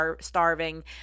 starving